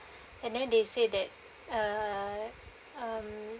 and then they say that uh um